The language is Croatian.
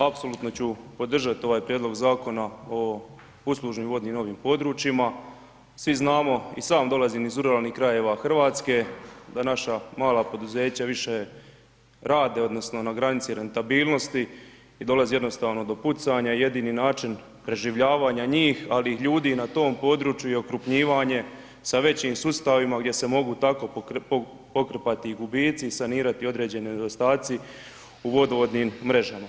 Apsolutno su podržati ovaj Prijedlog Zakona o uslužnim vodnim ovim područjima, svi znamo i sam dolazim iz ruralnih krajeva Hrvatske da naša mala poduzeća više rade odnosno na granici rentabilnosti i dolazi jednostavno do pucanja, jedini način preživljavanja njih ali i ljudi na tom području je okrupnjivanje sa većim sustavima gdje se mogu tako pokrpati gubici i sanirati određeni nedostaci u vodovodnim mrežama.